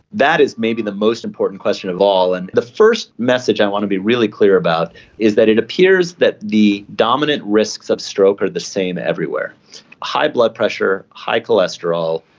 that is maybe the most important question of all, and the first message i want to be really clear about is that it appears that the dominant risks of stroke are the same everywhere high blood pressure, high cholesterol,